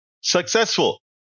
successful